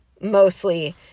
mostly